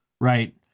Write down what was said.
Right